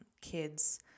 kids